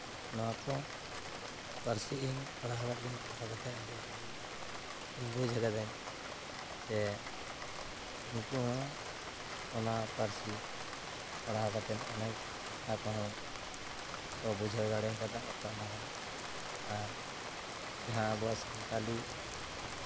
ᱱᱚᱣᱟ ᱠᱚ ᱯᱟᱹᱨᱥᱤ ᱤᱧ ᱯᱟᱲᱦᱟᱣ ᱠᱟᱛᱮᱜ ᱯᱟᱲᱦᱟᱣ ᱠᱟᱛᱮ ᱟᱹᱰᱤ ᱵᱷᱟᱜᱮ ᱤᱧ ᱵᱩᱡᱽ ᱠᱟᱹᱫᱟᱹᱧ ᱥᱮ ᱩᱱᱠᱩ ᱦᱚᱸ ᱚᱱᱟ ᱯᱟᱹᱨᱥᱤ ᱯᱟᱲᱦᱟᱣ ᱠᱟᱛᱮ ᱚᱱᱮ ᱵᱩᱡᱷᱟᱹᱣ ᱫᱟᱲᱮ ᱠᱟᱫᱟ ᱟᱠᱚᱣᱟᱜ ᱱᱟᱜᱟᱢ ᱟᱨ ᱡᱟᱦᱟᱸ ᱟᱵᱚᱣᱟᱜ ᱥᱟᱱᱛᱟᱲᱤ